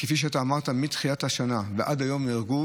כפי שאתה אמרת, מתחילת השנה ועד היום נהרגו